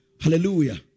hallelujah